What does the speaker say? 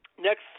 next